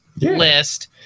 list